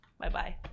Bye-bye